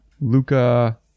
luca